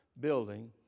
building